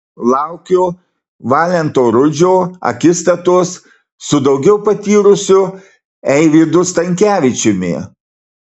laukiu valento rudžio akistatos su daugiau patyrusiu eivydu stankevičiumi